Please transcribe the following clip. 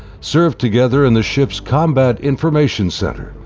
served together in the ship's combat information center.